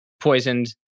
poisoned